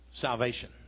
Salvation